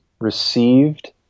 received